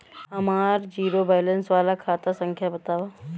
हमार zero balance वाला खाता संख्या वतावा?